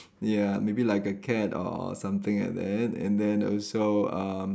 ya maybe like a cat or something like that and then also um